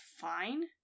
fine